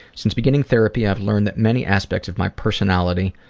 since beginning therapy, i've learned that many aspects of my personality